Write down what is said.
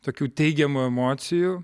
tokių teigiamų emocijų